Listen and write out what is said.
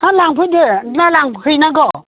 हा लांफैदो ना हैनांगौ